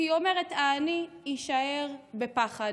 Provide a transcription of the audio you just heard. כי היא אומרת: העני יישאר בפחד,